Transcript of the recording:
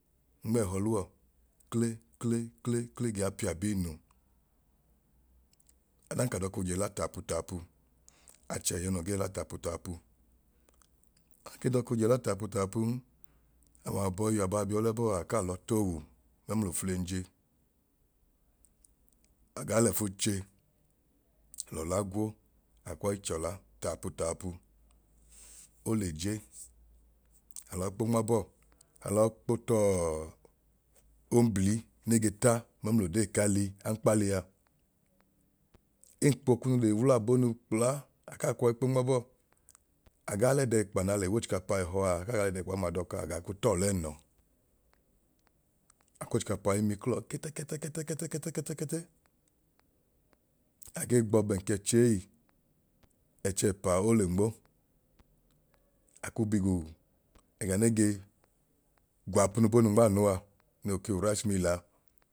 Nmẹẹhọ luwọ kle kle kle kle gaa pia biinu. ọdan ka dako je la taapu taapu achẹ yọ noo gee la taapu taapu ake dọọko je la taapu taapun awọ abọi yọ abaa bi w'ọlẹ bọọa akaa lọ t'owu mẹml'oflenje agaa l'ẹfu che l'ọla gwo akwọichọla taapu taapu ole je alọọ kpo nma bọọ alọọ kpo tọọ ombli ne ge ta mẹmlodee k'ali ankpalia. Enkpọ kunu le wula bonu kpla akaa kwọi kpo nmabọọ agaa lẹdẹkpa na le w'ochikapa ẹhọa akaaga lẹdẹkpa ọma dọka agaa ku t'ọlẹẹnọ akw'ochikapa imiklọọ kẹtẹ kẹtẹ kẹtẹ kẹtẹ kẹtẹ kẹtẹ kẹtẹ kẹtẹ agee gbọọ bẹn k'ẹchei ẹchẹpaa ole nmo aku bi gu ẹgẹ nege gwaapunu bonu nmaanu aa noo ke u rice mill a